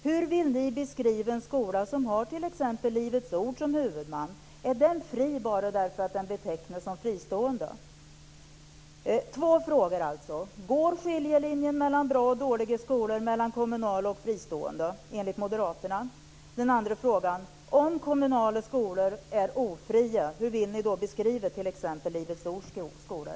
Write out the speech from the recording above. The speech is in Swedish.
Hur vill ni beskriva en skola som har t.ex. Livets Ord som huvudman? Är den fri bara därför att den betecknas som fristående? Jag har alltså två frågor. Går för det första enligt Moderaterna skiljelinjen mellan bra och dåliga skolor mellan fristående skolor och kommunala? För det andra: Om kommunala skolor är ofria hur vill ni då beskriva t.ex. Livets Ords skolor?